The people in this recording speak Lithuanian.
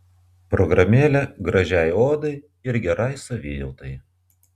programėlė gražiai odai ir gerai savijautai